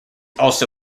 also